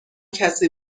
کسی